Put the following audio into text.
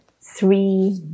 three